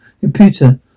Computer